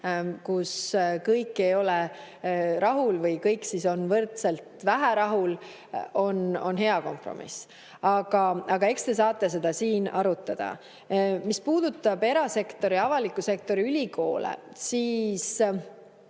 kus kõik ei ole rahul või kõik on võrdselt vähe rahul, on hea kompromiss, aga eks te saate seda siin arutada. Mis puudutab erasektori ja avaliku sektori ülikoole, siis